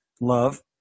love